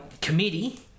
committee